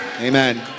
Amen